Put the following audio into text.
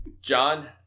John